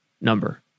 number